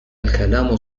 الكلام